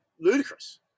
ludicrous